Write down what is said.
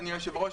אדוני היושב-ראש,